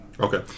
Okay